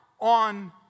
on